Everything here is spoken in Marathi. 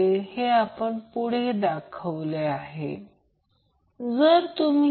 आणि हे त्याच प्रकारे जोडलेले आहे ते त्याचप्रमाणे Zc Zb आणि Za आहे